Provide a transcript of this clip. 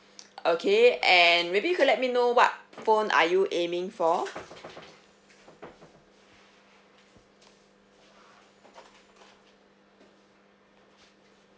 okay and maybe you could let me know what phone are you aiming for